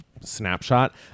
snapshot